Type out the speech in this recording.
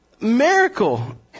miracle